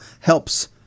helps –